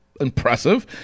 impressive